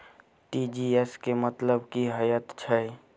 TGS केँ मतलब की हएत छै?